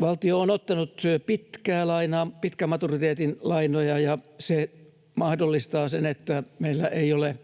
Valtio on ottanut pitkää lainaa, pitkän maturiteetin lainoja, ja se mahdollistaa sen, että meillä ei ole